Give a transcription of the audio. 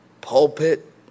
pulpit